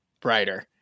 brighter